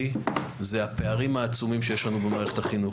הם הפערים העצומים שיש במערכת החינוך.